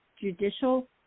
judicial